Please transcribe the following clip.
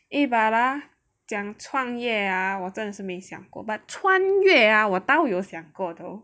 eh but ah 讲创业呀我真的是没想过 but 穿越呀我倒有想过 though